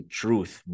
truth